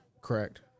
Correct